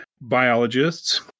biologists